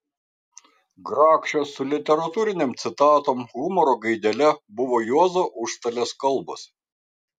grakščios su literatūrinėm citatom humoro gaidele buvo juozo užstalės kalbos